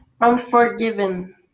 Unforgiven